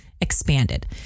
expanded